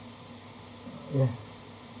uh yes